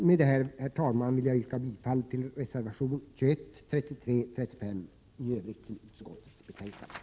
Med detta, herr talman, yrkar jag bifall till reservationerna 20, 33 och 35 samt i Övrigt till utskottets hemställan i betänkandet.